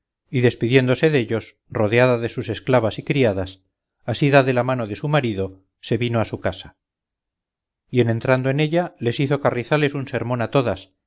y despidiéndose dellos rodeada de sus esclavas y criadas asida de la mano de su marido se vino a su casa y en entrando en ella les hizo carrizales un sermón a todas